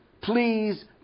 please